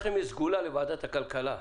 לוועדת הכלכלה יש סגולה.